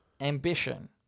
ambition